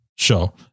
show